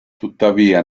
tuttavia